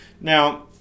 Now